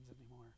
anymore